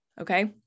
Okay